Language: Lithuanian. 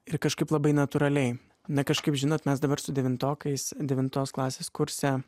ir kažkaip labai natūraliai na kažkaip žinot mes dabar su devintokais devintos klasės kurse